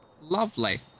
Lovely